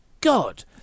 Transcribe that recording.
God